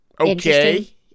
okay